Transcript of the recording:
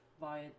via